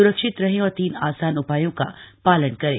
सुरक्षित रहें और तीन आसान उपायों का पालन करें